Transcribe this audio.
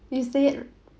you see it